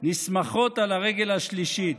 נסמכות על הרגל השלישית,